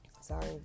Sorry